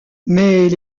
mais